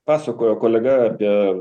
pasakojo kolega apie